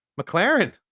McLaren